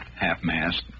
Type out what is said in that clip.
half-mast